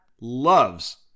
loves